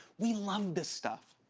we love this stuff,